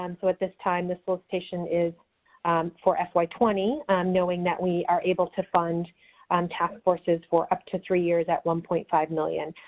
um so at this time, the solicitation is for fy twenty knowing that we are able to fund task forces for up to three years at one point five million